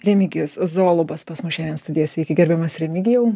remigijus zolubas pas mus šiandien studijoj sveiki gerbiamas remigijau